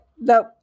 no